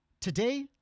Today